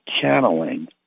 channeling